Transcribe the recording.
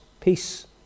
peace